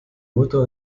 mutter